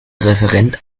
referent